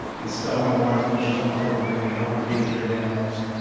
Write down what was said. installing water features on public land to help endangered animals.